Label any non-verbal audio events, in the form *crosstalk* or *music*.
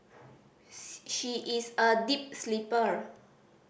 *unintelligible* she is a deep sleeper